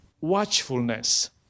watchfulness